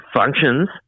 functions